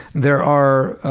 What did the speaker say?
there are